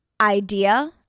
idea